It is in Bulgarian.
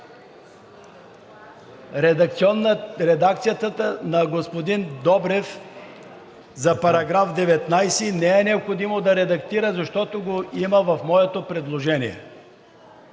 редакцията на господин Добрев за § 19 – не е необходимо да редактира, защото го има в моето предложение.